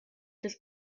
this